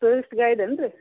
tourist guide ಏನು ರೀ